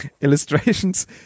Illustrations